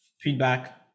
feedback